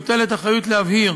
מוטלת אחריות להבהיר